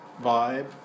vibe